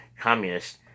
Communist